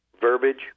verbiage